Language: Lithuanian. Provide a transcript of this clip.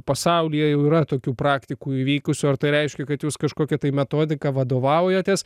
pasaulyje jau yra tokių praktikų įvykusių ar tai reiškia kad jūs kažkokia metodika vadovaujatės